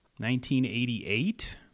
1988